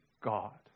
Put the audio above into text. God